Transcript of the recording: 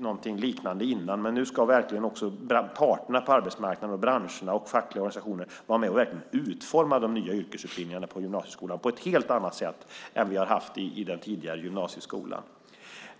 någonting liknande tidigare, men nu ska också parterna på arbetsmarknaden, branscherna och de fackliga organisationerna, vara med och verkligen utforma de nya yrkesutbildningarna på gymnasieskolan på ett helt annat sätt än vad som har skett i den tidigare gymnasieskolan.